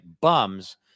bums